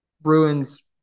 Bruins